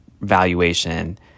valuation